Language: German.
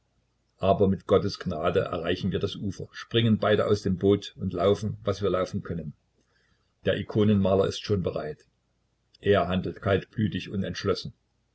aber mit gottes gnade erreichen wir das ufer springen beide aus dem boot und laufen was wir laufen können der ikonenmaler ist schon bereit er handelt kaltblütig und entschlossen